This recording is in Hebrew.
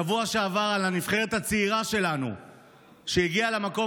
בשבוע שעבר הנבחרת הצעירה שלנו הגיעה למקום